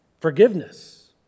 Forgiveness